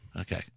Okay